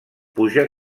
puja